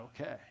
okay